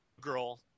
girl